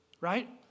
right